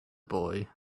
boy